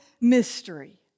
mystery